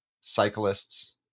cyclists